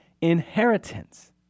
Inheritance